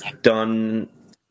done